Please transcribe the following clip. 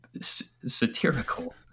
satirical